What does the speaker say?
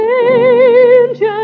angels